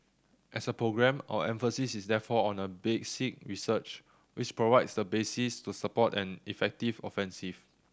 as a programme our emphasis is therefore on basic research which provides the basis to support an effective offensive